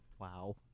Wow